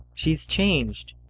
she is changed.